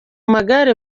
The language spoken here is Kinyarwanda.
magare